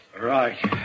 Right